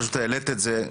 את פשוט העלית את זה.